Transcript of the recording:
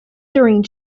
during